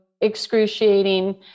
excruciating